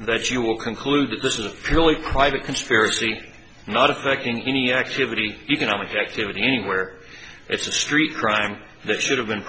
that you will conclude that this is a purely private conspiracy not affecting any activity economic activity anywhere it's a street crime that should have been